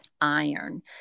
iron